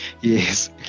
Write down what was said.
Yes